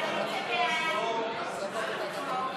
ההצעה להעביר את הצעת חוק שדה התעופה דב הוז